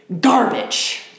garbage